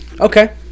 okay